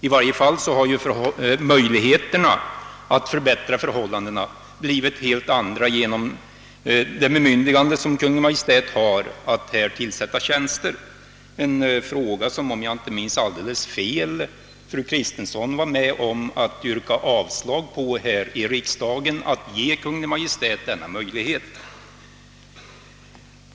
I varje fall har möjligheterna att förbättra förhållandena blivit helt andra genom det bemyndigande som Kungl. Maj:t har fått att tillsätta tjänster — ett förslag som, om jag inte minns alldeles fel, fru Kristensson i riksdagen var med om att yrka avslag på.